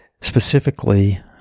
specifically